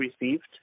received